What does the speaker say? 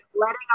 letting